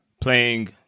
playing